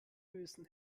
bösen